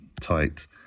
tight